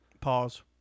pause